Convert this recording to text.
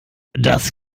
das